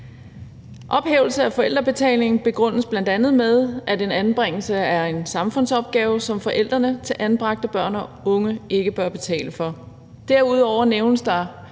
Ophævelse af forældrebetaling begrundes bl.a. med, at en anbringelse er en samfundsopgave, som forældrene til anbragte børn og unge ikke bør betale for. Derudover nævnes det